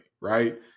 right